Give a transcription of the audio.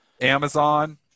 Amazon